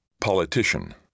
POLITICIAN